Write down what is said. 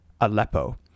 Aleppo